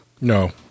No